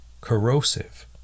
corrosive